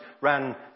ran